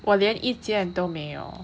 我连一件都没有